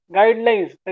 Guidelines